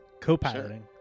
co-piloting